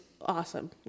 awesome